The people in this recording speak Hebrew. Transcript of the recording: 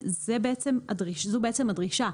זו הדרישה.